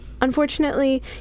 Unfortunately